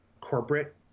corporate